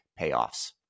payoffs